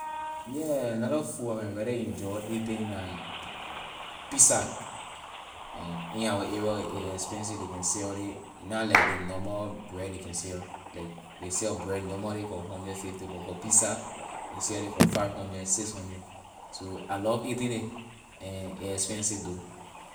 Yeah another food I can really enjoy eating la pizza and in our area a expensive ley can sell it not like the normal bread ley can sell like ley sell bread normally for hundred fifty but for pizza ley sell it for five hundred six hundred so I love eating it and a expensive though.